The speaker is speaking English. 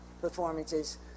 performances